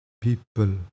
people